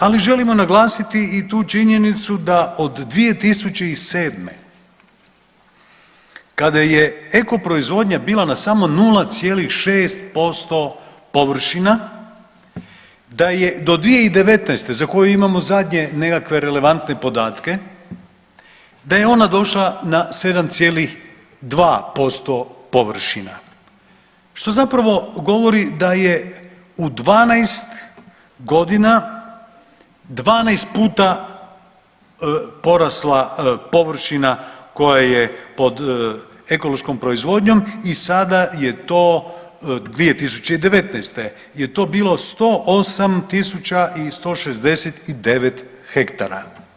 Ali želimo naglasiti i tu činjenicu da od 2007. kada je eko proizvodnja bila na samo 0,6% površina da je do 2019. za koju imamo zadnje nekakve relevantne podatke da je ona došla na 7,2% površina što zapravo govori da je u 12 godina 12 puta porasla površina koja je pod ekološkom proizvodnjom i sada je to 2019. je to bilo 108 tisuća i 169 hektara.